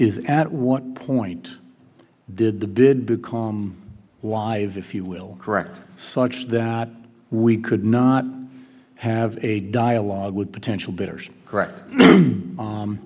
is at what point did the bid become wives if you will correct such that we could not have a dialogue with potential bidders correct